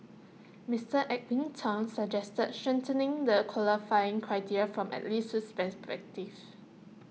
Mister Edwin Tong suggested strengthening the qualifying criteria from at least this perspectives